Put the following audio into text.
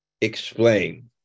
explain